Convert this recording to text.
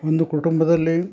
ಒಂದು ಕುಟುಂಬದಲ್ಲಿ